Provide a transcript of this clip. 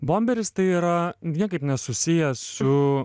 bomberis tai yra niekaip nesusijęs su